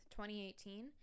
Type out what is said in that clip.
2018